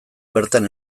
bertan